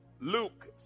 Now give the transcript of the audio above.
Luke